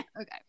Okay